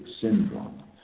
syndrome